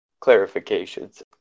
clarifications